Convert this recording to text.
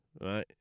right